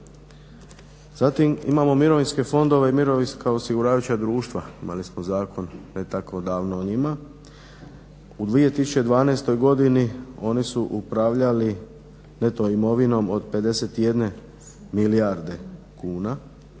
Zatim imamo mirovinske fondove i mirovinska osiguravajuća društva. Imali smo zakon ne tako davno o njima. U 2012. godini oni su upravljali neto imovinom od 51 milijarde kuna,